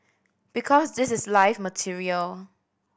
because this is live material